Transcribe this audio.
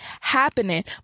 happening